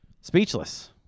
Speechless